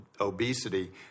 obesity